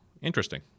Interesting